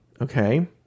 Okay